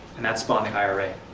and that spawned the ira.